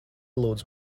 lūdzu